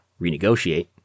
renegotiate